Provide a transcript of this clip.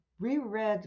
reread